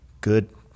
good